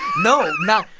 no. no,